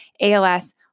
ALS